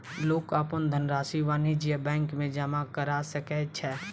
लोक अपन धनरशि वाणिज्य बैंक में जमा करा सकै छै